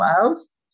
Wales